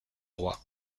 roi